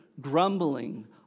grumbling